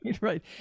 right